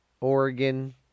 Oregon